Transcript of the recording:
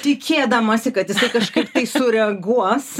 tikėdamasi kad jisai kažkaip tai sureaguos